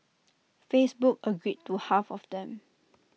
Facebook agreed to half of them